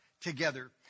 together